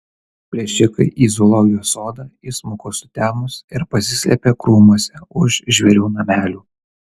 plėšikai į zoologijos sodą įsmuko sutemus ir pasislėpė krūmuose už žvėrių namelių